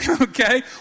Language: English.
okay